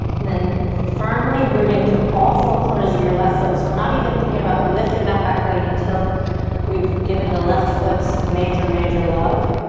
then firmly rooting through all four corners of your left foot. so we're not even thinking about lifting that back leg until we've given the left foot some major, major love.